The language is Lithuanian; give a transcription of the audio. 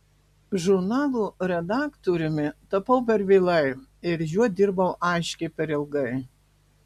žurnalo redaktoriumi tapau per vėlai ir juo dirbau aiškiai per ilgai